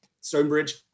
Stonebridge